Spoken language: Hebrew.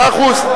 מאה אחוז.